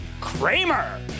Kramer